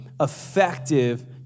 effective